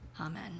Amen